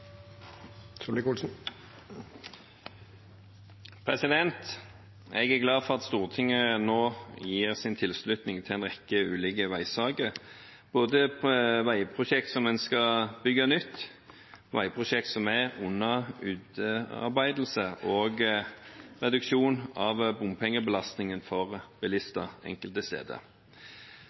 glad for at Stortinget nå gir sin tilslutning til en rekke ulike veisaker, både veiprosjekter der en skal bygge nytt, veiprosjekter som er under utarbeidelse, og reduksjon av bompengebelastningen for bilister enkelte steder.